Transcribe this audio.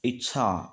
इच्छा